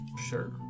Sure